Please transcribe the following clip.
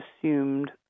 assumed